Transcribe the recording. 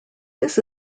this